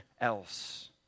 else